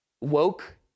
woke